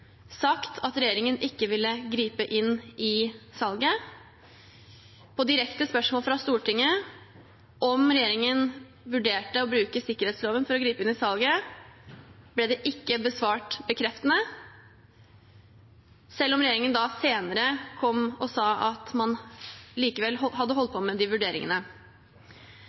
sagt at regjeringen ikke ville gripe inn i salget. På direkte spørsmål fra Stortinget om regjeringen vurderte å bruke sikkerhetsloven for å gripe inn i salget, ble det ikke svart bekreftende, selv om regjeringen senere kom og sa at man likevel hadde holdt på med de vurderingene.